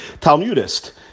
Talmudist